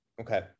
Okay